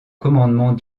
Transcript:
commandement